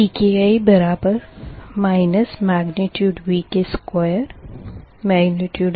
Pki Vk2